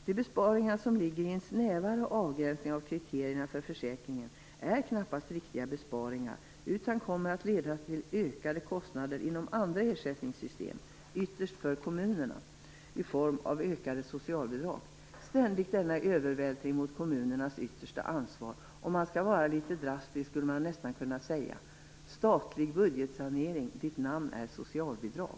De besparingar som ligger i en snävare avgränsning av kriterierna för försäkringen är knappast riktiga besparingar utan kommer att leda till ökade kostnader inom andra ersättningssystem, ytterst för kommunerna i form av ökade socialbidrag. Ständigt denna övervältring mot kommunernas yttersta ansvar! Om man vill vara litet drastisk skulle man nästan kunna säga: Statlig budgetsanering, ditt namn är socialbidrag!